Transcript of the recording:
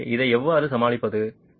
எனவே இதை எவ்வாறு சமாளிப்பது